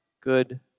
good